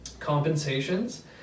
compensations